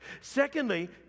secondly